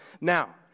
Now